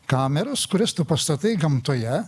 kameros kurias tu pastatai gamtoje